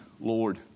Lord